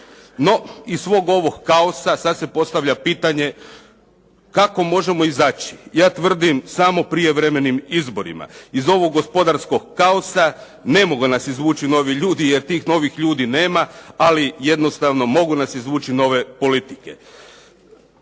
No, iz svog ovog kaosa, sad se postavlja pitanje kako možemo izaći? Ja tvrdim samo prijevremenim izborima. Iz ovog gospodarskog kaosa ne mogu nas izvući novi ljudi jer tih novih ljudi nema, ali jednostavno mogu nas izvući nove politike.